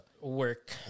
work